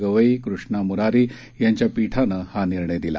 गवई कृष्णा मुरारी यांच्या पीठानं हा निर्णय दिला